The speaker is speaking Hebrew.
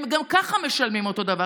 הם גם ככה משלמים אותו דבר,